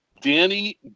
Danny